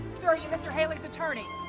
sir, are you mr. hailey's attorney?